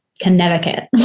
Connecticut